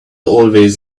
always